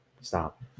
Stop